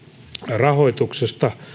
rahoituksesta